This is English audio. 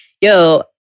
yo